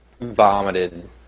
vomited